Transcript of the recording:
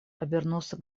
обернулся